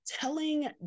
telling